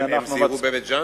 הם סיירו בבית-ג'ן?